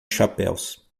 chapéus